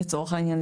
לצורך העניין,